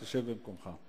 תשב במקומך.